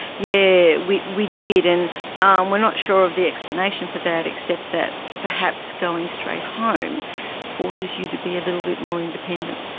yeah we we did, and and we are not sure of the explanation for that except that perhaps going straight home forces you to be a little bit more independent.